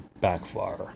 backfire